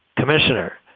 commissioner.